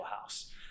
house